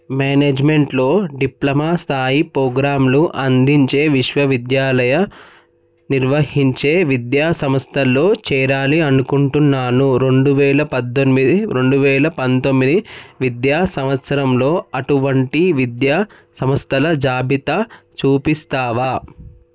మేనేజ్మెంట్లో డిప్లమా స్థాయి ప్రోగ్రాంలు అందించే విశ్వవిద్యాలయనిర్వహించే విద్యా సంస్థలో చేరాలి అనుకుంటున్నాను రెండు వేల పద్దెనిమిది రెండు వేల పంతొమ్మిది విద్యా సంవత్సరంలో అటువంటి విద్యా సంస్థల జాబితా చూపిస్తావా